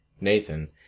Nathan